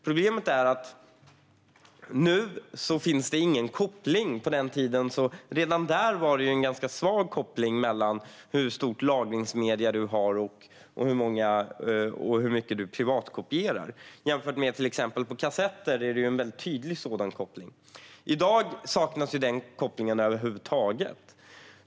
Problemet med det är att det nu inte finns någon koppling. Redan tidigare var det en ganska svag koppling mellan hur stora lagringsmedier du har och hur mycket du privatkopierar jämfört med till exempel kassetter där det finns en mycket tydlig sådan koppling. I dag saknas den kopplingen över huvud taget.